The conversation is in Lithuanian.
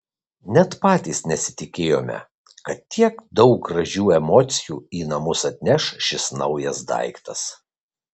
net patys nesitikėjome kad tiek daug gražių emocijų į namus atneš šis naujas daiktas